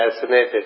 fascinated